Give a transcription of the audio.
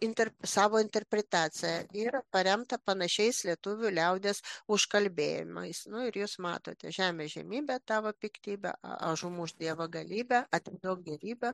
inter savo interpretaciją ir paremta panašiais lietuvių liaudies užkalbėjimais nu ir jūs matote žeme žemybe tavo piktybe ažumušž dievo galybę atiduok gyvybę